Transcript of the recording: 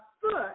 foot